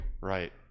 Right